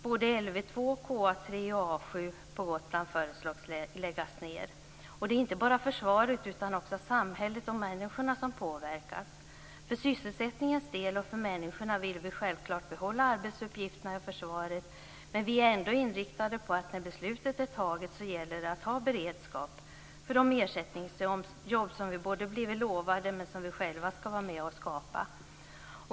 Såväl Lv 2 som KA 3 och A 7 på Gotland föreslås läggas ned. Det är inte bara försvaret utan också samhället och människorna som påverkas. För sysselsättningens del och för människorna vill vi självfallet behålla arbetsuppgifterna i försvaret, men vi är ändå inriktade på att det när beslutet är fattat gäller att ha beredskap för de ersättningsjobb som vi har blivit lovade men som vi själva ska vara med och skapa.